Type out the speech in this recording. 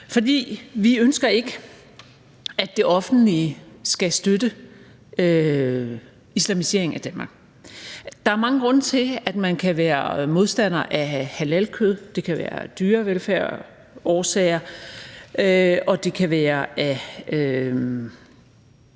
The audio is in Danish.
For vi ønsker ikke, at det offentlige skal støtte islamisering af Danmark. Der er mange grunde til, at man kan være modstander af halalkød. Det kan være af dyrevelfærdsårsager, og det kan være,